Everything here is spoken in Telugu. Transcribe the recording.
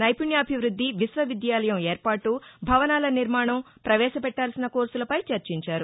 నైపుణ్యాభివృద్ది విశ్వవిద్యాలయం ఏర్పాటు భవనాల నిర్మాణం ప్రవేశ పెట్టాల్సిన కోర్సులపై చర్చించారు